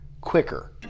quicker